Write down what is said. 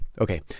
Okay